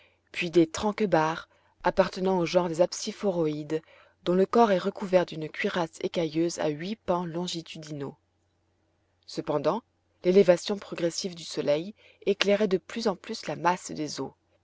puis des tranquebars appartenant au genre des apsiphoroïdes dont le corps est recouvert d'une cuirasse écailleuse à huit pans longitudinaux cependant l'élévation progressive du soleil éclairait de plus en plus la masse des eaux